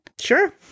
Sure